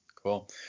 Cool